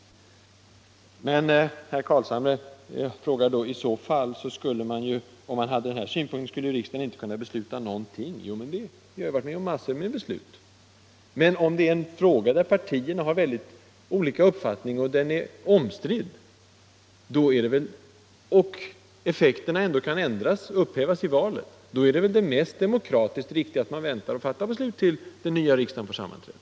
Herr Carlshamre menade att riksdagen enligt min linje inte skulle kunna besluta någonting. Jo, vi har ju varit med om massor av beslut. Men om det är en omstridd fråga, där partierna har väldigt olika uppfattning, och effekterna kan upphävas i valet, då är det mest demokratiskt riktiga att man väntar med att fatta beslut, tills den nya riksdagen får sammanträda.